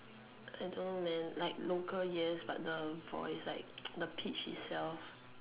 I don't meant like local yes but the voice like the pitch itself